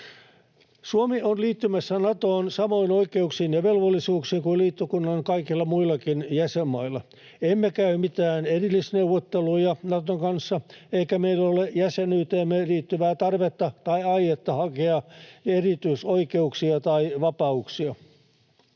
Suomi on liittymässä Natoon samoin oikeuksin ja velvollisuuksin kuin liittokunnan kaikilla muillakin jäsenmailla. Emme käy mitään erillisneuvotteluja Naton kanssa, eikä meillä ole jäsenyyteemme liittyvää tarvetta tai aietta hakea erityisoikeuksia tai ‑vapauksia.